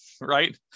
right